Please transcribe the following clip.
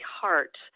heart